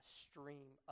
stream